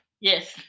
Yes